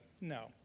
no